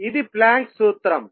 ఇది ప్లాంక్ సూత్రం